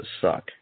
suck